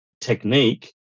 technique